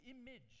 image